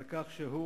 על כך שהוא,